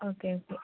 okay okay